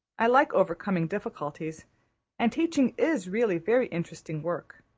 i like overcoming difficulties and teaching is really very interesting work.